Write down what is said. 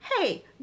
Hey